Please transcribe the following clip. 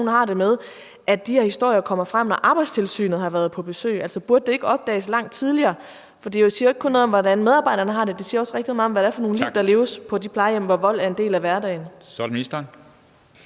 at de her historier først kommer frem, når Arbejdstilsynet har været på besøg. Burde det ikke opdages langt tidligere? For det siger jo ikke kun noget om, hvordan medarbejderne har det, det siger også rigtig meget om, hvad det er for nogle liv, der leves på de plejehjem, hvor vold er en del af hverdagen. Kl.